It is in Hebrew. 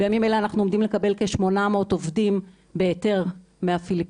בימים אלה אנחנו עומדים לקבל כ-800 עובדים בהיתר מהפיליפינים,